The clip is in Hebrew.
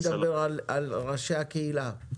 אני מדבר על ראשי הקהילה.